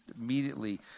immediately